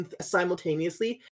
simultaneously